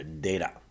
data